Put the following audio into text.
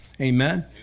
Amen